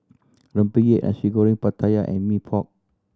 rempeyek Nasi Goreng Pattaya and Mee Pok